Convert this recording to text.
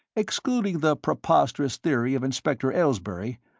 excluding the preposterous theory of inspector aylesbury,